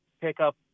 pickup